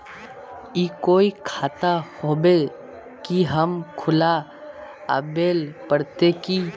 ई कोई खाता होबे है की खुला आबेल पड़ते की?